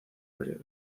periodo